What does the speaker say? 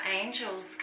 angels